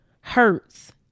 hurts